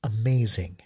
amazing